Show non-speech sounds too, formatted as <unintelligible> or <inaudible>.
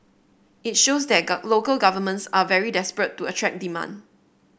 it shows that <unintelligible> local governments are very desperate to attract demand